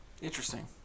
Interesting